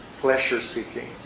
pleasure-seeking